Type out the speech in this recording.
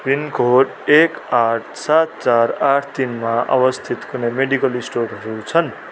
pin code एक आठ सात चार आठ तिनमा अवस्थित कुनै मेडिकल स्टोरहरू छन्